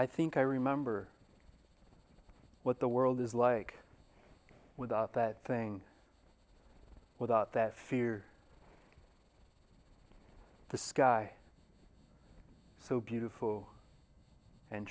i think i remember what the world is like without that thing without that fear in the sky so beautiful and